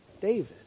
David